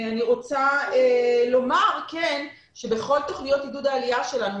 אני רוצה לומר שבכל תוכניות עידוד העלייה שלנו,